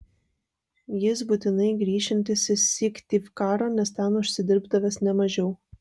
jis būtinai grįšiantis į syktyvkarą nes ten užsidirbdavęs ne mažiau